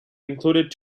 includes